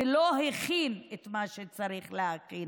ולא הכין את מה שצריך להכין.